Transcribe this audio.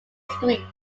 streets